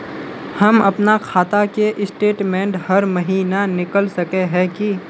हम अपना खाता के स्टेटमेंट हर महीना निकल सके है की?